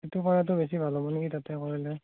ইটো কৰাতো বেছি ভাল হ'ব নেকি তাতে কৰিলে